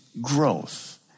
growth